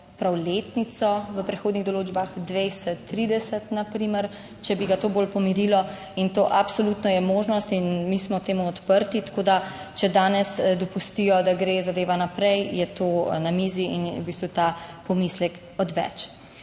prav letnico v prehodnih določbah, 20, 30, na primer, če bi ga to bolj pomirilo in to absolutno je možnost in mi smo temu odprti, tako, da če danes dopustijo, da gre zadeva naprej, je to na mizi in je v bistvu ta pomislek odveč.